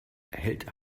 hält